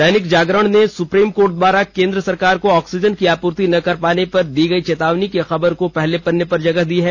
दैनिक जागरण ने supreme court द्वारा केंद्र सरकार को ऑक्सीजन की आपूर्ति न कर पाने पर दी गई चेतावनी की खबर को पहले पन्ने पर जगह दी है